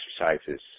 exercises